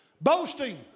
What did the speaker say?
Boasting